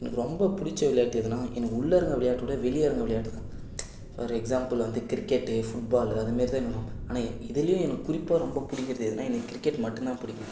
எனக்கு ரொம்ப பிடிச்ச விளையாட்டு எதுன்னால் எனக்கு உள்ளரங்க விளையாட்டோடு வெளியரங்க விளையாட்டு தான் ஃபார் எக்ஸாம்பிள் வந்து கிரிக்கெட்டு ஃபுட் பாலு அது மாதிரி தான் எனக்கு ரொம்ப ஆனால் இதுலேயும் எனக்கு குறிப்பாக ரொம்ப பிடிக்கிறது எதுன்னால் எனக்கு கிரிக்கெட் மட்டும் தான் பிடிக்கும்